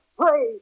Pray